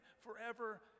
forever